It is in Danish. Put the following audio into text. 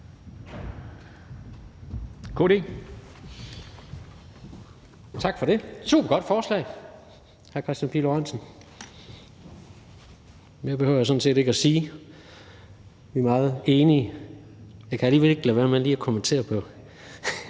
det. Det er et supergodt forslag, hr. Kristian Pihl Lorentzen. Mere behøver jeg sådan set ikke at sige. Vi er meget enige. Men jeg kan alligevel ikke lade være med lige at kommentere på